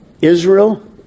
Israel